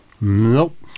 Nope